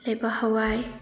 ꯂꯩꯕꯥꯛ ꯍꯋꯥꯏ